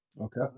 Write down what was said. Okay